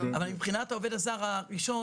אבל מבחינת העובד הזר הראשון,